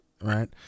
Right